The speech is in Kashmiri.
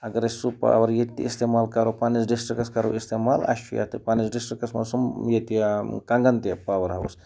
اگر أسۍ سُہ پاوَر ییٚتہِ تہِ استعمال کَرو پنٛنِس ڈِسٹِرٛکَس کَرو استعمال اَسہِ چھُ ییٚتہِ پنٛنِس ڈِسٹِرٛکَس منٛز سُہ ییٚتہِ کنٛگَن تہِ پاوَر ہاوُس